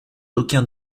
aucun